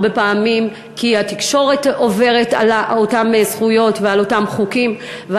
הרבה פעמים כי התקשורת עוברת על אותן זכויות ועל אותם חוקים,